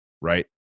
right